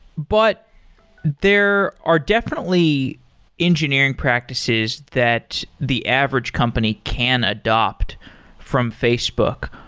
but there are definitely engineering practices that the average company can adopt from facebook.